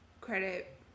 credit